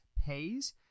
pays